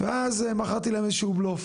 ואז מכרתי להם איזשהו בלוף